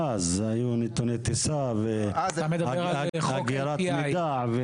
היו נתוני טיסה ואגירת מידע.